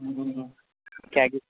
हुँ किएक कि